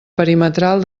perimetral